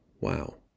Wow